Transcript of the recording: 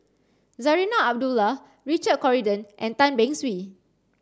Zarinah Abdullah Richard Corridon and Tan Beng Swee